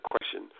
question